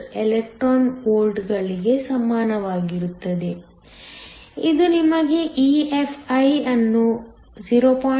78 electron ವೋಲ್ಟ್ಗಳಿಗೆ ಸಮನಾಗಿರುತ್ತದೆ ಇದು ನಿಮಗೆ EFi ಅನ್ನು 0